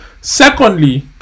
Secondly